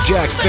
Jack